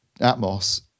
Atmos